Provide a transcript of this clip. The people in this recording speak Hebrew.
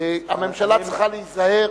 הממשלה צריכה להיזהר